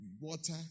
water